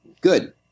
good